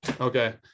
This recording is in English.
okay